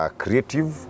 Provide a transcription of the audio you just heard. creative